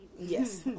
yes